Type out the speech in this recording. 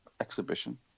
exhibition